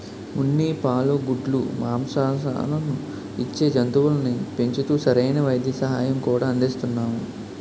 ఉన్ని, పాలు, గుడ్లు, మాంససాలను ఇచ్చే జంతువుల్ని పెంచుతూ సరైన వైద్య సహాయం కూడా అందిస్తున్నాము